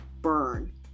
burn